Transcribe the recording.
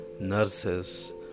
nurses